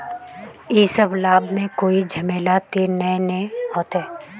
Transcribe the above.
इ सब लाभ में कोई झमेला ते नय ने होते?